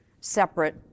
separate